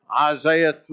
Isaiah